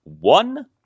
one